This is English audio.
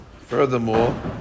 Furthermore